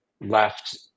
left